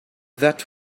that